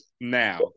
now